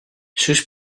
sus